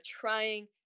trying